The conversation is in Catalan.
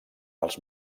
els